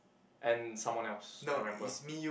and someone else I rambler